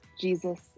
Jesus